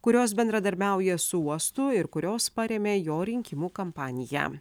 kurios bendradarbiauja su uostu ir kurios parėmė jo rinkimų kampaniją